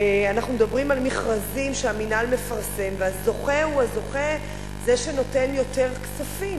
ואנחנו מדברים על מכרזים שהמינהל מפרסם והזוכה הוא זה שנותן יותר כספים.